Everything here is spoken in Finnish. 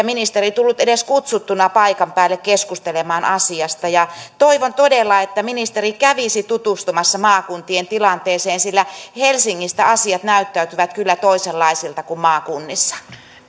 ministeri tullut edes kutsuttuna paikan päälle keskustelemaan asiasta toivon todella että ministeri kävisi tutustumassa maakuntien tilanteeseen sillä helsingissä asiat näyttäytyvät kyllä toisenlaisina kuin maakunnissa